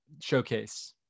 showcase